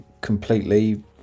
completely